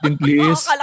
please